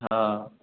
ହଁ